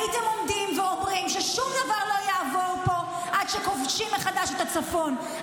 הייתם עומדים ואומרים ששום דבר לא יעבור פה עד שכובשים מחדש את הצפון,